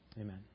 Amen